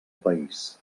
país